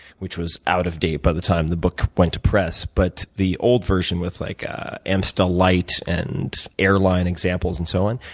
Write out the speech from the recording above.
which was out of date by the time the book went to press, but the old version, with like ah amstel lite and airline examples and so on.